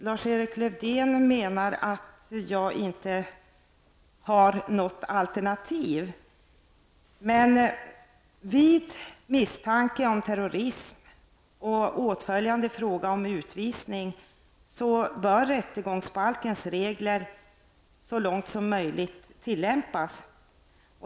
Lars-Erik Lövdén menar att jag inte har något alternativ. Vid misstanke om terrorism och åtföljande fråga om utvisning bör rättegångsbalkens regler så långt möjligt tillämpas.